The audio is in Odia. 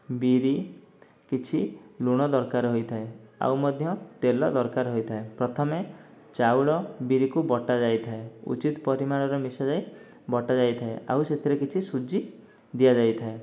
ବିରି କିଛି ଲୁଣ ଦରକାର ହୋଇଥାଏ ଆଉ ମଧ୍ୟ ତେଲ ଦରକାର ହୋଇଥାଏ ପ୍ରଥମେ ଚାଉଳ ବିରିକୁ ବଟା ଯାଇଥାଏ ଉଚିତ ପରିମାଣରେ ମିଶାଯାଇ ବଟାଯାଇଥାଏ ଆଉ ସେଥିରେ କିଛି ସୁଜି ଦିଆଯାଇଥାଏ